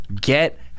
Get